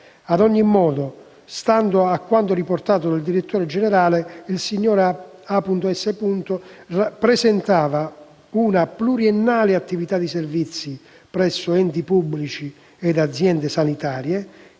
Ad ogni modo, stando a quanto riportato dal direttore generale, «il signor A. S. presentava una pluriennale attività di servizio presso enti pubblici ed aziende sanitarie,